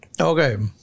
Okay